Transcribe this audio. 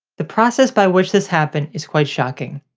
the process by which this happened is quite shocking.